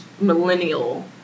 millennial